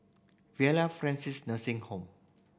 Villa Francis Nursing Home